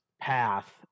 path